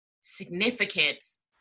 significance